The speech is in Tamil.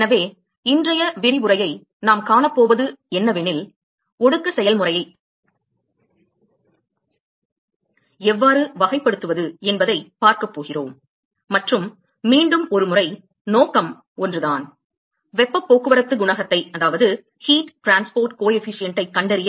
எனவே இன்றைய விரிவுரையை நாம் காணப்போவது என்னவெனில் ஒடுக்க செயல்முறையை எவ்வாறு வகைப்படுத்துவது என்பதைப் பார்க்கப் போகிறோம் மற்றும் மீண்டும் ஒருமுறை நோக்கம் ஒன்றுதான் வெப்பப் போக்குவரத்து ஏற்ற குணகத்தைக் கண்டறிய